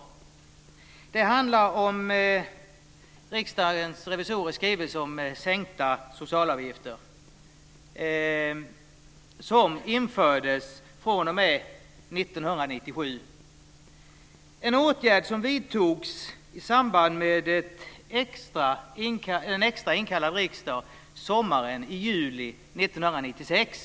Frågan gäller Riksdagens revisorers skrivelse om sänkta socialavgifter, vilka infördes 1997. Det var en åtgärd som vidtogs i samband med en extra inkallad riksdag i juli, sommaren 1996.